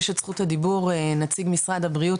בין המכון הרפואי לבטיחות בדרכים לבין רשות הרישוי,